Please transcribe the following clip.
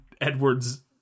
edward's